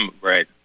Right